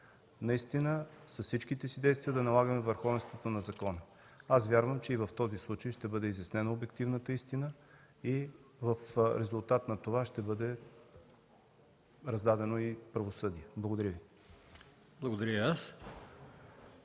наистина с всичките си действия да налагаме върховенството на закона. Аз вярвам, че и в този случай ще бъде изяснена обективната истина и в резултат на това ще бъде раздадено и правосъдие. Благодаря Ви.